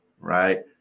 Right